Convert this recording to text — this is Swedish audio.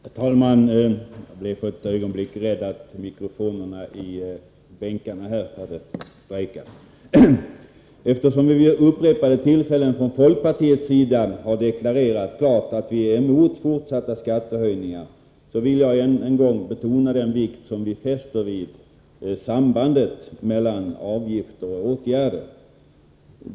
Herr talman! För ett ögonblick var jag rädd att mikrofonerna i bänkarna inte heller fungerade. Från folkpartiets sida har vi ju vid upprepade tillfällen klart deklarerat att vi är emot fortsatta skattehöjningar. Jag vill dock ännu en gång betona vilken vikt vi fäster vid sambandet mellan avgifter och åtgärder.